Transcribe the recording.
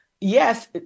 yes